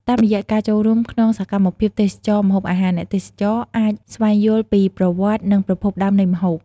តាមរយៈការចូលរួមក្នុងសកម្មភាពទេសចរណ៍ម្ហូបអាហារ អ្នកទេសចរអាច ស្វែងយល់ពីប្រវត្តិ និងប្រភពដើមនៃម្ហូប ។